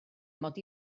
mod